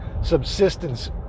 subsistence